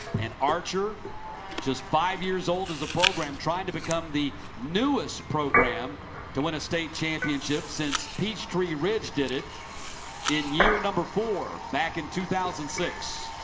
and archer just five years old as a program. trying to become the newest program to win a state championship since peachtree ridge did it in year number four back in two thousand and six.